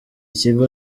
kigo